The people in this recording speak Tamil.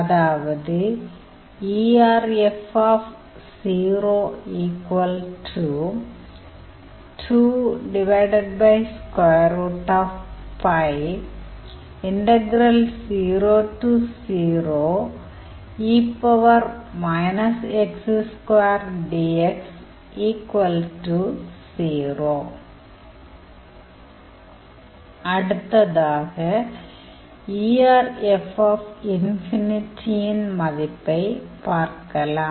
அதாவது அடுத்ததாக erf யின் மதிப்பைப் பார்க்கலாம்